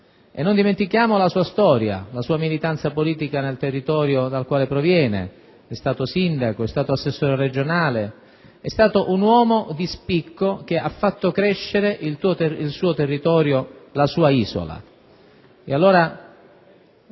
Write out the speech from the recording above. dimenticare la sua storia, la sua militanza politica in quel territorio, dove è stato sindaco ed assessore regionale. È stato un uomo di spicco che ha fatto crescere il suo territorio, la sua Isola.